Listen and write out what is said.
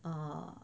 err